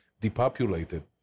depopulated